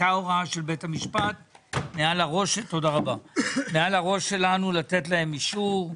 הייתה הוראה של בית המשפט מעל הראש שלנו לתת להן אישור.